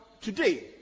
today